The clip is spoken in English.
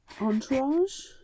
Entourage